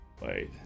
Wait